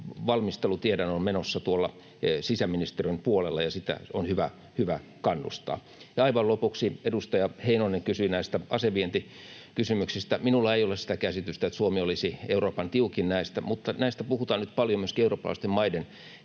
valmistelu, tiedän, on menossa tuolla sisäministeriön puolella, ja sitä on hyvä kannustaa. Aivan lopuksi: Edustaja Heinonen kysyi näistä asevientikysymyksistä. Minulla ei ole sitä käsitystä, että Suomi olisi Euroopan tiukin näissä, mutta näistä puhutaan nyt paljon myöskin eurooppalaisten maiden